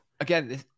again